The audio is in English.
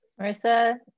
marissa